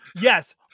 Yes